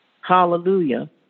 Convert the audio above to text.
Hallelujah